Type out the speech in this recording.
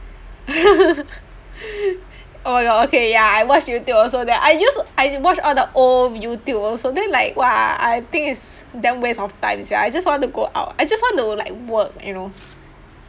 oh my god okay ya I watch Youtube also then I use I watch all the old Youtube also then like !wah! I think it's damn waste of time sia I just want to go out I just want to like work you know